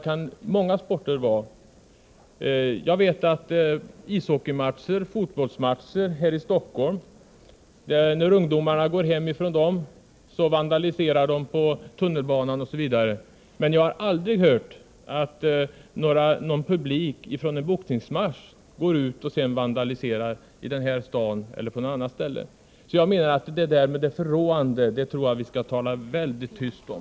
När ungdomar går hem från ishockeymatcher och fotbollsmatcher här i Stockholm vandaliserar de i tunnelbanan osv., men jag har aldrig hört att publiken från en boxningsmatch går ut och vandaliserar här i staden eller på något annat ställe. Det förråande tror jag att vi skall tala väldigt tyst om.